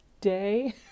day